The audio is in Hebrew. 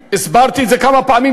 הסברתי את זה כמה פעמים,